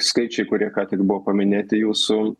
skaičiai kurie ką tik buvo paminėti jūsų